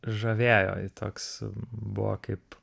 žavėjo toks buvo kaip